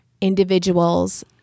individuals